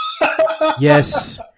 Yes